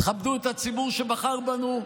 תכבדו את הציבור שבחר בנו.